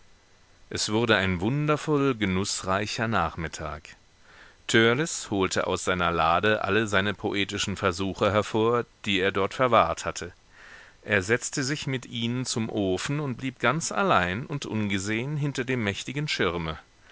es wurde ein wundervoll genußreicher nachmittag törleß holte aus seiner lade alle seine poetischen versuche hervor die er dort verwahrt hatte er setzte sich mit ihnen zum ofen und blieb ganz allein und ungesehen hinter dem mächtigen schirme